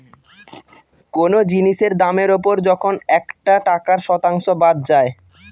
কোনো জিনিসের দামের ওপর যখন একটা টাকার শতাংশ বাদ যায়